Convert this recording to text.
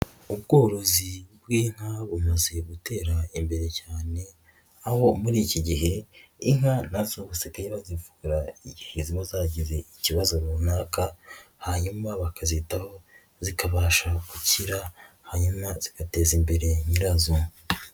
Ubworozi bw'inka bumaze gutera imbere cyane aho muri iki gihe, inka basigaye bazivura mu gihe ziba zagize ikibazo runaka, hanyuma bakazitaho zikabasha gukira hanyuma zigateza imbere nyirazo.